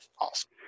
Awesome